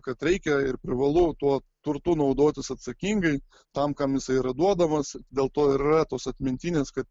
kad reikia ir privalu tuo turtu naudotis atsakingai tam kam jisai yra duodamas dėl to ir yra tos atmintinės kad